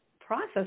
process